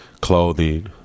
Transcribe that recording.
clothing